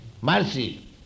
mercy